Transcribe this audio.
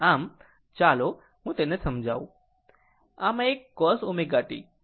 આમ ચાલો તેને સમજાવું આમ આ એક આ cos ω t